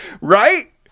Right